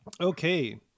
okay